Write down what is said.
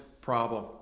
problem